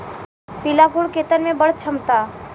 पिला फूल खेतन में बड़ झम्कता